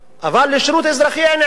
אבל לשירות אזרחי אין ערך.